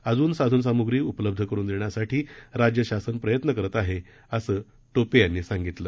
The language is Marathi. अजुन साधनसामग्री उपलब्ध करून देण्यासाठी राज्य शासनाकडून प्रयत्न केले जात आहेत असं टोपे यांनी सांगितलं